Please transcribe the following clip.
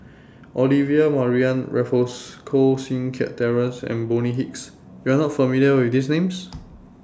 Olivia Mariamne Raffles Koh Seng Kiat Terence and Bonny Hicks YOU Are not familiar with These Names